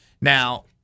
Now